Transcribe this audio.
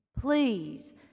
Please